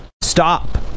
Stop